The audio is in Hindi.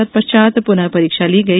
तत्पश्चात पुनः परीक्षा ली गई